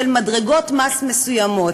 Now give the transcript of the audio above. של מדרגות מס מסוימות,